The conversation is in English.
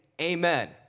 amen